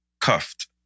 cuffed